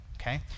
okay